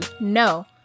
No